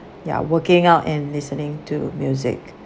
ya working out and listening to music